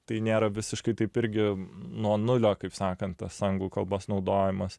tai nėra visiškai taip irgi nuo nulio kaip sakant tas anglų kalbos naudojimas